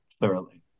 thoroughly